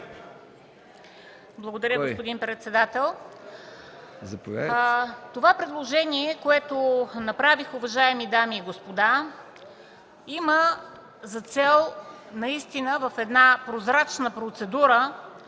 Благодаря, господин председател. Това предложение, което направих, уважаеми дами и господа, има за цел наистина в една прозрачна процедура,